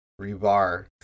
rebar